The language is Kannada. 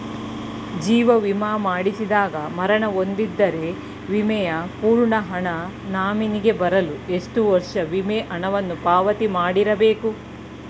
ಜೀವ ವಿಮಾ ಮಾಡಿಸಿದಾಗ ಮರಣ ಹೊಂದಿದ್ದಲ್ಲಿ ವಿಮೆಯ ಪೂರ್ಣ ಹಣ ನಾಮಿನಿಗೆ ಬರಲು ಎಷ್ಟು ವರ್ಷ ವಿಮೆ ಹಣವನ್ನು ಪಾವತಿ ಮಾಡಿರಬೇಕು?